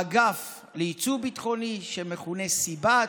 האגף ליצוא ביטחוני, שמכונה סיב"ט,